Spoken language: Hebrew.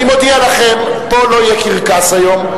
אני מודיע לכם, פה לא יהיה קרקס היום.